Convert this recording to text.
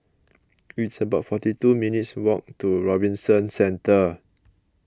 it's about forty two minutes' walk to Robinson Centre